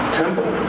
temple